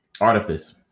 artifice